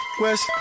west